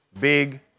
big